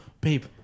babe